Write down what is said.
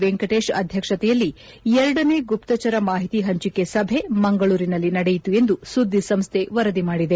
ವೆಂಕಟೇಶ್ ಅಧ್ಯಕ್ಷತೆಯಲ್ಲಿ ಎರಡನೇ ಗುಪ್ತಚರ ಮಾಹಿತಿ ಹಂಚಿಕೆ ಸಭೆ ಮಂಗಳೂರಿನಲ್ಲಿ ನಡೆಯಿತು ಎಂದು ಸುದ್ದಿ ಸಂಸ್ಥೆ ವರದಿ ಮಾಡಿದೆ